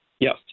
Yes